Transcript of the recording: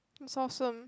is awesome